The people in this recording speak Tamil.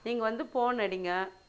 நீங்கள் வந்து ஃபோன் அடிங்க